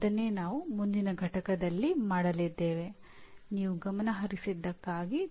ಅದು ಮುಂದಿನ ಘಟಕದ ನಿರೀಕ್ಷಿತ ಕಲಿಕೆಯ ಪರಿಣಾಮಗಳಾಗಿವೆ